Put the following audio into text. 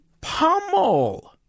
pummel